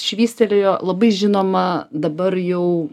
švystelėjo labai žinoma dabar jau